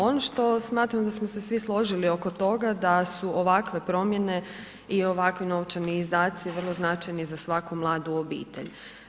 Ono što smatram da smo se svi složili oko toga da su ovakve promjene i ovakvi novčani izdaci vrlo značajni za svaku mladu obitelj.